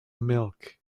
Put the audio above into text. milk